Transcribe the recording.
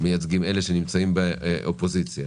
מייצגים אלה שנמצאים באופוזיציה?